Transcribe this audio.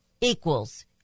equals